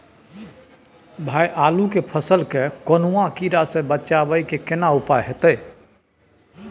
भाई आलू के फसल के कौनुआ कीरा से बचाबै के केना उपाय हैयत?